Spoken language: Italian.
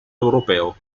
europeo